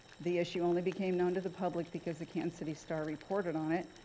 the issue only became known to the public because the kansas city star reported on it,